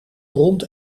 rond